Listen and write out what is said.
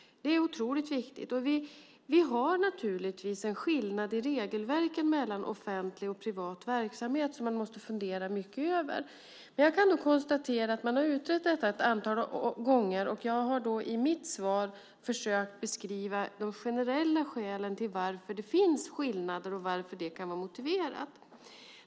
Det är otroligt viktigt. Vi har naturligtvis en skillnad i regelverken mellan offentlig och privat verksamhet som man måste fundera mycket över. Jag kan konstatera att man har utrett frågan ett antal gånger. Jag har i mitt svar försökt beskriva de generella skälen till varför det finns skillnader och varför de kan vara motiverade.